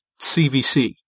CVC